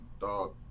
dog